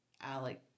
alex